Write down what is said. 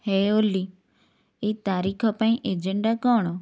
ହେ ଓଲି ଏଇ ତାରିଖ ପାଇଁ ଏଜେଣ୍ଡା କ'ଣ